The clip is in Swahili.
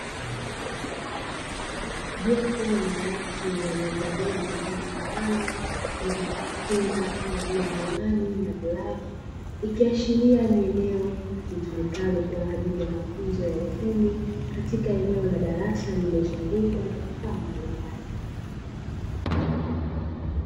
Jopo la watu waliovalia mavazi maalumu na vifaa kinga, kama vile miwani na glavu, ikiashiria ni eneo litumikalo kwa ajili ya mafunzo ya ufundi katika eneo la darasa lililozungukwa na vifaa mbalimbali.